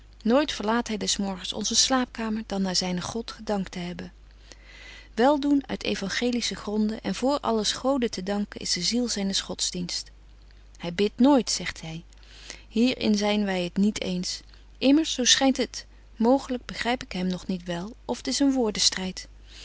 nooit verlaat hy des morgens onze slaapkamer dan na zynen god gedankt te hebben weldoen uit euangelische gronden en voor alles gode te danken is de ziel zynes godsdienst hy bidt nooit zegt hy hier in zyn wy het niet eens immers zo schynt het mooglyk begryp ik hem nog niet wel of t is een